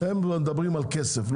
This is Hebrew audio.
הם מדברים על כסף,